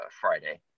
Friday